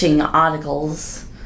articles